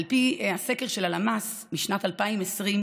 על פי הסקר של הלמ"ס משנת 2020,